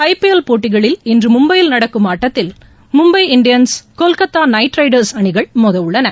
IPL போட்டிகளில் இன்று மும்பையில் நடக்கும் ஆட்டத்தில் Mumbai Indians Kolkata Knight Riders அணிகளும் மோதவுள்ளன